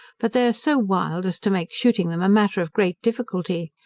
but they are so wild, as to make shooting them a matter of great difficulty.